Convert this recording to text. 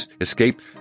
escape